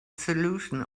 solution